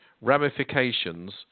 ramifications